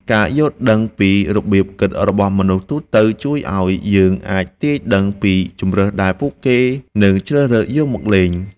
ការយល់ដឹងពីរបៀបគិតរបស់មនុស្សទូទៅជួយឱ្យយើងអាចទាយដឹងពីជម្រើសដែលពួកគេនឹងជ្រើសរើសយកមកលេង។